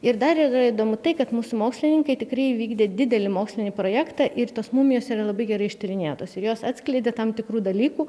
ir dar yra įdomu tai kad mūsų mokslininkai tikrai įvykdė didelį mokslinį projektą ir tos mumijos yra labai gerai ištyrinėtos ir jos atskleidė tam tikrų dalykų